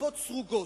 כיפות סרוגות,